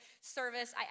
service